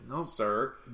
sir